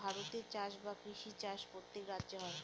ভারতে চাষ বা কৃষি কাজ প্রত্যেক রাজ্যে হয়